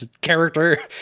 character